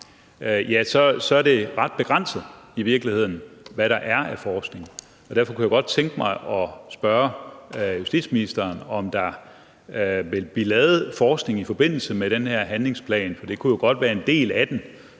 virkeligheden ret begrænset, hvad der er af forskning. Derfor kunne jeg godt tænke mig at spørge justitsministeren, om der vil blive lavet forskning i forbindelse med den her handlingsplan, for det kunne jo godt være en del af den,